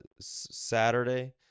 Saturday